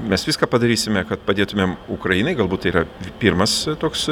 mes viską padarysime kad padėtumėm ukrainai galbūt tai yra pirmas toks